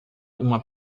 uma